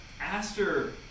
Aster